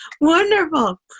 Wonderful